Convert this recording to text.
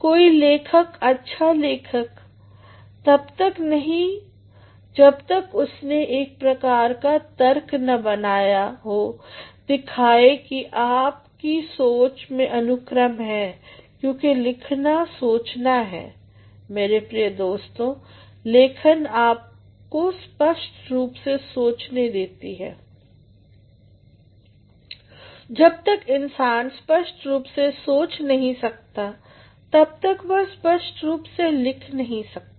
कोई लेखक अच्छा लेखक तब तक नहीं जब तक उसने एक प्रकार का तर्क न बनाया हो दिखाए कि आपके सोच में अनुक्रम है क्योंकि लिखना सोचना है मेरे प्रिय दोस्तों लेखन आपको स्पष्ट रूप से सोचने देती है जब तक इंसान स्पष्ट रूप से सोच नहीं सकता तब तक वह स्पष्ट रूप से लिख नहीं सकता